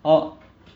oh